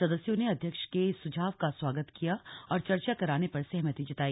सदस्यों ने अध्यक्ष के सुझाव का स्वागत किया और चर्चा कराने पर सहमति जताई